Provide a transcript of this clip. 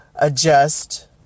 Adjust